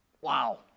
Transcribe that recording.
Wow